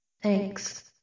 Thanks